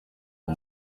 uwo